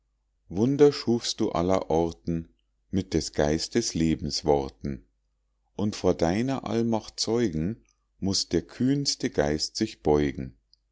schufst du allerorten mit des geistes lebensworten und vor deiner allmacht zeugen muß der kühnste geist sich beugen